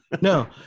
No